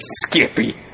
Skippy